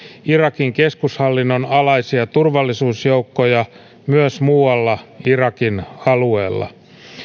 irakin keskushallinnon alaisia turvallisuusjoukkoja myös muualla irakin alueella